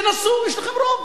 תנסו, יש לכם רוב.